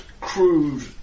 crude